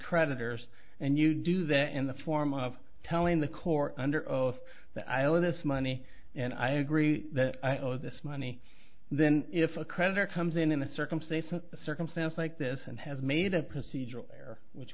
creditors and you do that in the form of telling the court under oath that i owe this money and i agree that i owe this money then if a creditor comes in in a circumstance a circumstance like this and has made a procedural error which